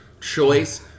choice